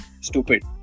stupid